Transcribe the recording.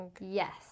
yes